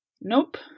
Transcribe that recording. Nope